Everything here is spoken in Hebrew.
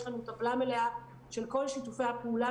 יש לנו טבלה מלאה של כל שיתופי הפעולה